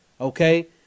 okay